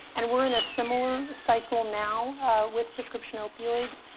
and we're in a similar cycle now with prescription opioids.